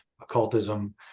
occultism